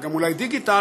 וגם אולי דיגיטל,